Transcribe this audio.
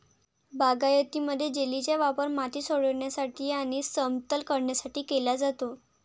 बागायतीमध्ये, जेलीचा वापर माती सोडविण्यासाठी आणि समतल करण्यासाठी केला जातो